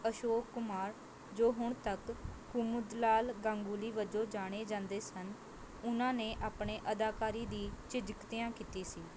ਅਸ਼ੋਕ ਕੁਮਾਰ ਜੋ ਹੁਣ ਤੱਕ ਕੁਮੁਦਲਾਲ ਗਾਂਗੁਲੀ ਵਜੋਂ ਜਾਣੇ ਜਾਂਦੇ ਸਨ ਉਹਨਾਂ ਨੇ ਆਪਣੇ ਅਦਾਕਾਰੀ ਦੀ ਝਿਜਕਦਿਆਂ ਕੀਤੀ ਸੀ